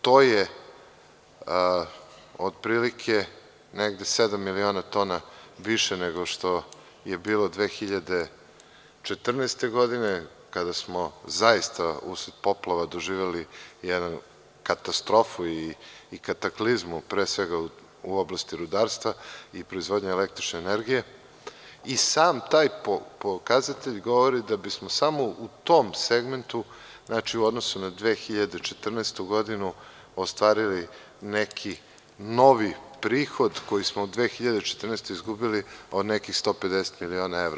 To je otprilike negde sedam miliona tona više nego što je bilo 2014. godine, kada smo zaista usled poplava doživeli jednu katastrofu i kataklizmu, pre svega u oblasti rudarstva i proizvodnje električne energije i sam taj pokazatelj govori da bi smo samo u tom segmentu u odnosu na 2014. godinu ostvarili neki novi prihod koji smo 2014. godine izgubili od nekih 150 miliona evra.